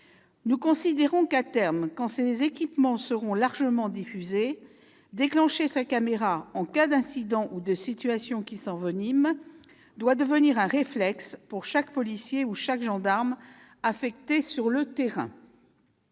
Nous considérons qu'à terme, quand ces équipements seront largement diffusés, déclencher sa caméra, en cas d'incident ou de situation qui s'envenime, doit devenir un réflexe pour chaque policier ou gendarme affecté sur le terrain.